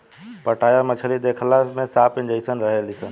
पाटया मछली देखला में सांप जेइसन रहेली सन